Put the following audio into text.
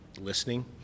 listening